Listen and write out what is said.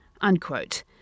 unquote